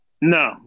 No